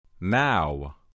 now